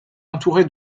entouré